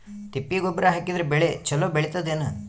ತಿಪ್ಪಿ ಗೊಬ್ಬರ ಹಾಕಿದರ ಬೆಳ ಚಲೋ ಬೆಳಿತದೇನು?